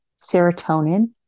serotonin